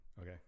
Okay